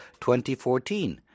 2014